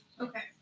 Okay